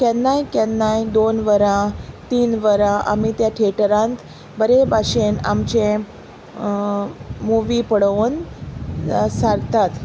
केन्नाय केन्नाय दोन वरां तीन वरां आमी त्या थिएटरांत बरें भाशेन आमचें मुवी पळोवन सारतात